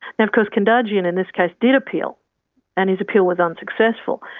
and of course kendirjian in this case did appeal and his appeal was unsuccessful.